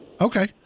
Okay